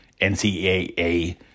NCAA